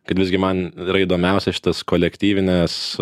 kad visgi man įdomiausia šitas kolektyvinės